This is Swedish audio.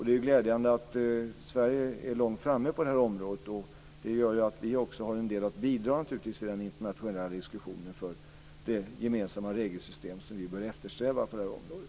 Det är glädjande att Sverige är långt framme på området. Det gör ju att vi naturligtvis har en del att bidra med i den internationella diskussionen om det gemensamma regelsystem som man bör eftersträva på detta område.